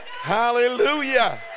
Hallelujah